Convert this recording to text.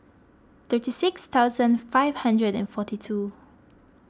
thirty six thousand five hundred and forty two